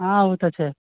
हँ ओ तऽ छै